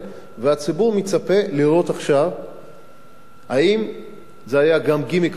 והציבור גם מצפה לראות עכשיו אם זה היה גימיק עבורנו,